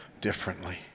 differently